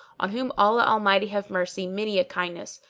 on whom allah almighty have mercy! many a kindness,